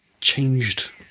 changed